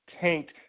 tanked